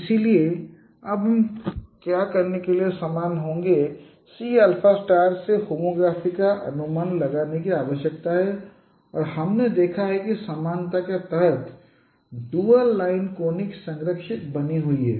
इसलिए अब हम क्या करने के लिए समान होंगे हमें C से होमोग्राफी का अनुमान लगाने की आवश्यकता है और हमने देखा है कि समानता के तहत यह ड्यूल लाइन कोनिक संरक्षित बनी हुई है